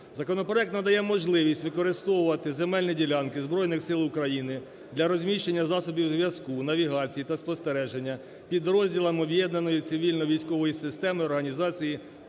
законопроект надає можливість використовувати земельні ділянки Збройних Сил України для розміщення засобів зв'язку, навігації та спостереження, підрозділами об'єднаної цивільної військової системи організації повітряного